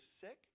sick